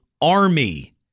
army